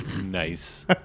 Nice